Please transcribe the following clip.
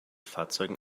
fahrzeugen